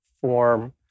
form